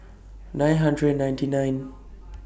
nine hundred and ninety nine